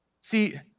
See